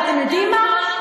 ואתם יודעים מה,